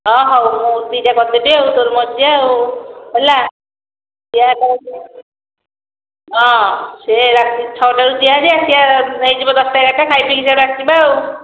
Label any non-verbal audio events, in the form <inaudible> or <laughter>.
ହଁ ହେଉ ମୁଁ ଦୁଇଟା କରିଦେବି ଆଉ ତୋର ମୋର ଯିବା ଆଉ ହେଲା <unintelligible> ହଁ ସେ ରାତି ଛଅଟା ବେଳକୁ ଯିବା ହେରି ଆସିବା ହୋଇଯିବ ଦଶଟା ଏଗାରଟା ଖାଇ ପିଇକି ସେଆଡ଼ୁ ଆସିବା ଆଉ